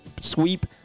sweep